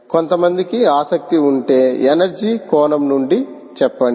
కొంత మందికి ఆసక్తి ఉంటే ఎనర్జీ కోణం నుండి చెప్పండి